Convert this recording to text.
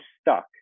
stuck